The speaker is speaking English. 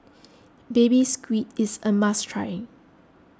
Baby Squid is a must try